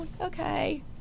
okay